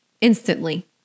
instantly